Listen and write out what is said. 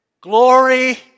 glory